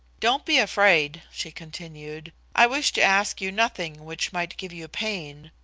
don't be afraid, she continued. i wish to ask you nothing which might give you pain,